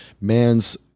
man's